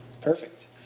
perfect